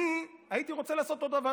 אני הייתי רוצה לעשות את אותו דבר,